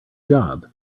job